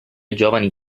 giovani